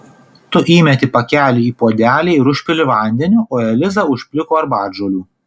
tu įmeti pakelį į puodelį ir užpili vandeniu o eliza užpliko arbatžolių